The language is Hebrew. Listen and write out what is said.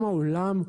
גם העולם,